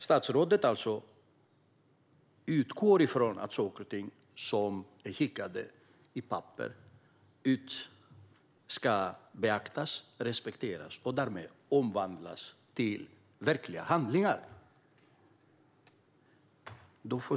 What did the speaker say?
Statsrådet utgår alltså ifrån att saker och ting som skickas ut i pappersform beaktas, respekteras och därmed omvandlas till verkliga handlingar.